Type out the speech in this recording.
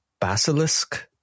Basilisk